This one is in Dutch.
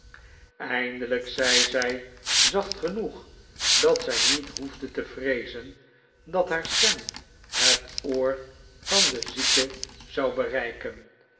eindelijk zei zij zacht genoeg dat zij niet hoefde te vreezen dat haar stem het oor van den zieke zou bereiken